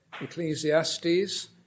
Ecclesiastes